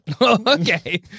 Okay